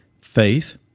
faith